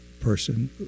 person